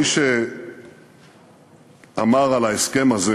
מי שאמר על ההסכם הזה